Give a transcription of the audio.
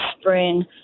spring